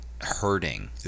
hurting